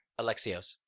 Alexios